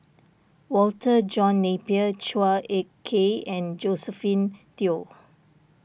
Walter John Napier Chua Ek Kay and Josephine Teo